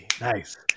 Nice